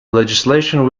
legislation